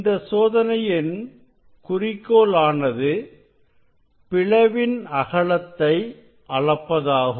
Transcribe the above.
இந்த சோதனையின் குறிக்கோள் ஆனது பிளவின் அகலத்தை அளப்பதாகும்